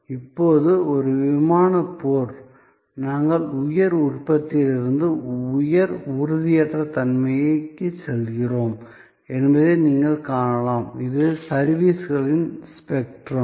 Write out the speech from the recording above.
இப்போது ஒரு விமானப் போர் நாங்கள் உயர் உறுதியிலிருந்து உயர் உறுதியற்ற தன்மைக்கு செல்கிறோம் என்பதை நீங்கள் காணலாம் இது சர்விஸ்களின் ஸ்பெக்ட்ரம்